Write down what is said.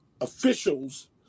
officials